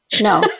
no